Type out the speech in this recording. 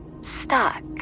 stuck